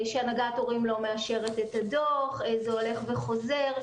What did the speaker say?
בעיקר מקרים שהנהגת הורים לא מאשרת את הדוח וזה הולך וחוזר וכולי.